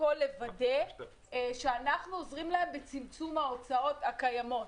כל לוודא שאנחנו עוזרים להם בצמצום ההוצאות הקיימות.